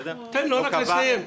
תן לו רק לסיים.